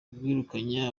rwirukanye